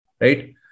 Right